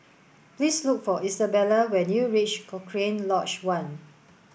please look for Isabella when you reach Cochrane Lodge One